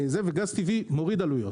וגז טבעי מוריד עלויות.